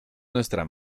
nuestra